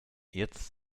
jetzt